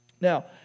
Now